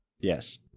Yes